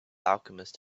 alchemist